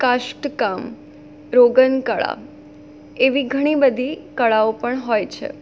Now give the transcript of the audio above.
કાષ્ટકામ રોગનકળા એવી ઘણી બધી કળાઓ પણ હોય છે